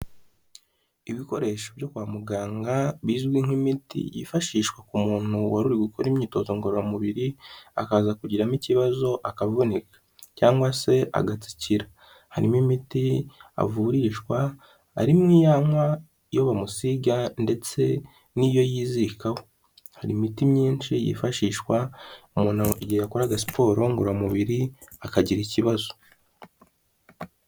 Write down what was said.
Ibikoresho byo kwa muganga bizwi nk'imiti yifashishwa ku muntu wari uri gukora imyitozo ngororamubiri akaza kugiramo ikibazo akavunika cyangwa se agatsikira. Harimo imiti avurishwa, harimo iyo anywa, iyo bamusiga ndetse n'iyo yizirikaho. Hari imiti myinshi yifashishwa umuntu igihe yakoraga siporo ngororamubiri akagira ikibazo.